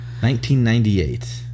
1998